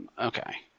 Okay